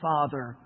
Father